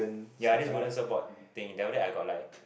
ya this wooden surfboard thing then after that I got like